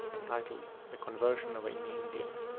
entitled the conversion of an indian.